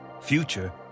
Future